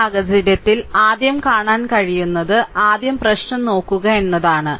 ഈ സാഹചര്യത്തിൽ ആദ്യം കാണാൻ കഴിയുന്നത് ആദ്യം പ്രശ്നം നോക്കുക എന്നതാണ്